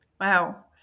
wow